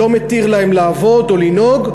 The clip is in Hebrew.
שלא מתיר להם לעבוד או לנהוג,